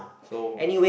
so